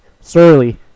Surly